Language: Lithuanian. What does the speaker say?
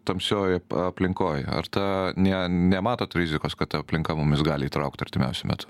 tamsioj aplinkoj ar ta nie nematot rizikos kad ta aplinka mumis gali įtraukt artimiausiu metu